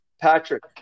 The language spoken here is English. Patrick